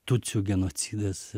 tutsių genocidas